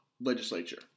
legislature